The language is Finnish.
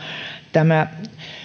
tämä